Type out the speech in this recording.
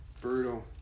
Brutal